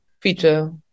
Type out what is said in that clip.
feature